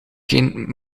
geen